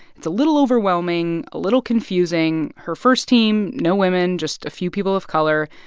it's a little overwhelming, a little confusing. her first team no women, just a few people of color.